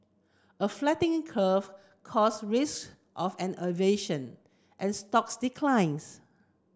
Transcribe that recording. a flattening curve cause risk of an inversion and stock declines